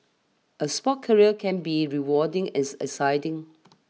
a sports career can be rewarding as an exciting